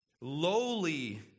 Lowly